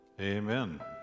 amen